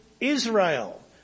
Israel